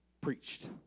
preached